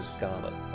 Scarlet